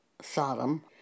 Sodom